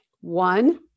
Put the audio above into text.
One